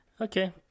okay